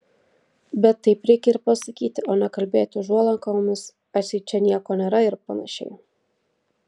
bet taip reikia ir pasakyti o ne kalbėti užuolankomis atseit čia nieko nėra ir panašiai